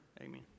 Amen